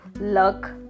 luck